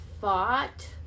thought